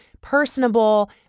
personable